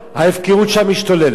ההפקרות שם משתוללת,